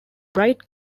bright